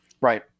Right